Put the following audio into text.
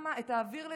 האוויר לנשימה.